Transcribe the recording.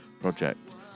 project